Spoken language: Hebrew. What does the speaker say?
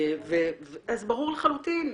אז ברור לחלוטין.